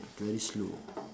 very slow